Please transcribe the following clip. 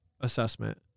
assessment